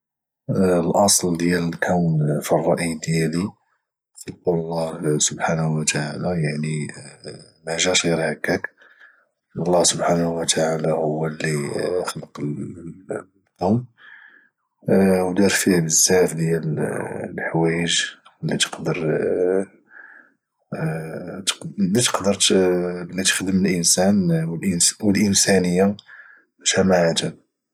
الاصل ديال الكون في الراي ديالي خلقو الله سبحانه وتعالى يعني ما جاش غير هكاك الله سبحانه وتعالى هو اللي خلق الكون ودار فيه بزاف ديال الحوايج اللي تقدر اللي تخدمالانسان والانسانيه جماعه